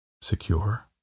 secure